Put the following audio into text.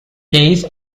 days